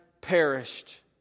perished